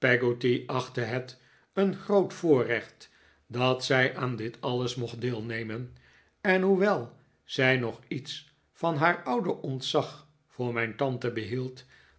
achtte het een groot voorrecht dat zij aan dit alles mocht deelnemen en hoewel zij nog iets van haar oude ontzag voor mijn tante behield